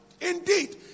Indeed